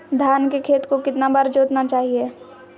धान के खेत को कितना बार जोतना चाहिए?